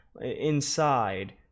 inside